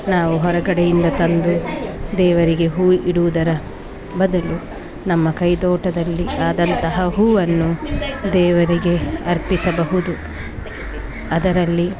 ನಾವು ಹೊರಗಡೆಯಿಂದ ತಂದು ದೇವರಿಗೆ ಹೂ ಇಡುವುದರ ಬದಲು ನಮ್ಮ ಕೈದೋಟದಲ್ಲಿ ಆದಂತಹ ಹೂವನ್ನು ದೇವರಿಗೆ ಅರ್ಪಿಸಬಹುದು ಅದರಲ್ಲಿ